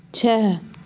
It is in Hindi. छ